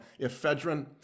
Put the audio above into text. ephedrine